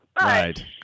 Right